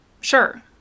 Sure